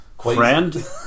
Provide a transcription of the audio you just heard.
Friend